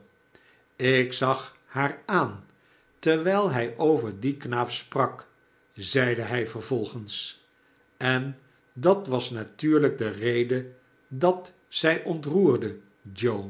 ik zag haar aan terwijl hij over dien knaap sprak zeide hij vervolgens en dat was natuurlijk de rede dat zij ontroerde joe